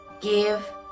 give